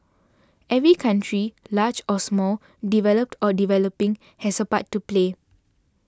every country large or small developed or developing has a part to play